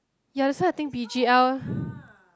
ya that's why I think P_G_L